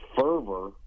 fervor